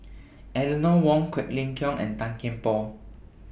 Eleanor Wong Quek Ling Kiong and Tan Kian Por